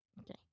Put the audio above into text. Okay